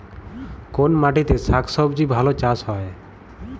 কোন মাটিতে শাকসবজী ভালো চাষ হয়?